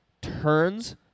turns